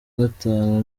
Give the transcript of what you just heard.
gatanu